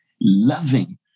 loving